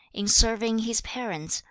in serving his parents,